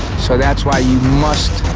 so that's why you must